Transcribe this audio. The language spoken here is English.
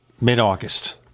mid-August